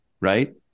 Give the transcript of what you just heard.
right